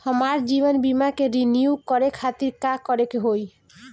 हमार जीवन बीमा के रिन्यू करे खातिर का करे के होई?